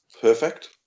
perfect